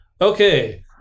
okay